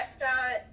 restaurant